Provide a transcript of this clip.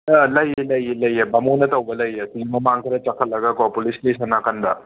ꯑꯥ ꯂꯩꯌꯦ ꯂꯩꯌꯦ ꯂꯩꯌꯦ ꯕꯥꯃꯣꯟꯅ ꯇꯧꯕ ꯂꯩꯌꯦ ꯁꯤꯗꯒꯤ ꯃꯃꯥꯡ ꯈꯔ ꯆꯈꯠꯂꯒꯀꯣ ꯄꯨꯂꯤꯁ ꯁ꯭ꯇꯦꯁꯟ ꯅꯥꯀꯟꯗ